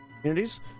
communities